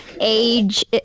age